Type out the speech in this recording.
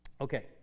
Okay